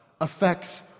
affects